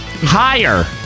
Higher